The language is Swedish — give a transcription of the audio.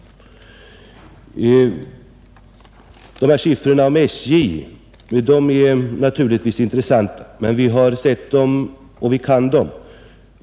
Siffrorna beträffande SJ är naturligtvis intressanta, men vi har sett dem tidigare och vi kan dem.